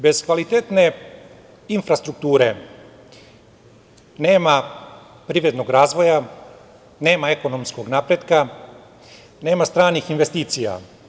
Bez kvalitetne infrastrukture nema privrednog razvoja, nema ekonomskog napretka, nema stranih investicija.